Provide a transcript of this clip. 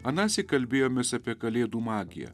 anąsyk kalbėjomės apie kalėdų magiją